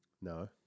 No